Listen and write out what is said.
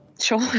Sure